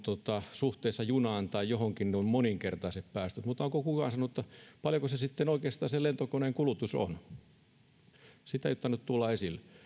suhteessa junaan tai johonkin moninkertaiset päästöt mutta onko kukaan sanonut paljonko se lentokoneen kulutus oikeastaan on sitä ei ole tainnut tulla esille